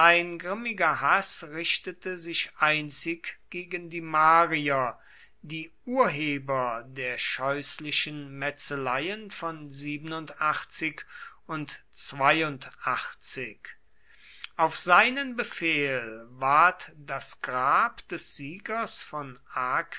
grimmiger haß richtete sich einzig gegen die marier die urheber der scheußlichen metzeleien von und auf seinen befehl ward das grab des siegers von